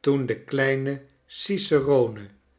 toen de kleine